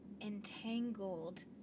entangled